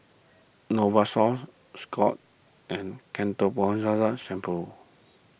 Novosource Scott's and Ketoconazole Shampoo